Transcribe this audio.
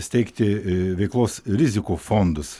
steigti veiklos rizikų fondus